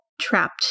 trapped